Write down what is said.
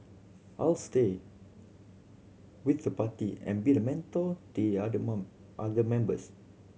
I'll stay with the party and be a mentor the other month other members